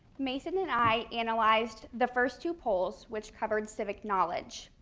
mason and i analyzed the first two polls which covered civic knowledge.